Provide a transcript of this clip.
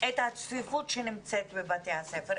את הצפיפות בבתי הספר.